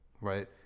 Right